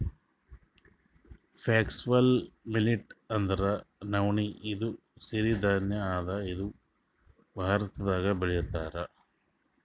foxtail millet ಅಂದ್ರ ನವಣಿ ಇದು ಸಿರಿ ಧಾನ್ಯ ಅದಾ ಇದು ಭಾರತ್ದಾಗ್ ಬೆಳಿತಾರ್